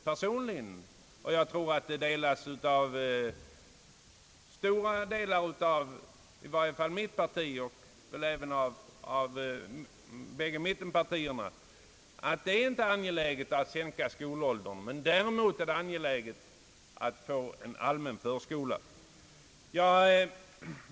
Personligen tror jag — vilken uppfattning nog delas av i varje fall mitt parti och kanske även av de flesta i folkpartiet — att det inte är angeläget att sänka skolåldern men däremot att inrätta en allmän förskola.